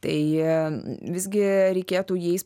tai visgi reikėtų jais